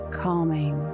calming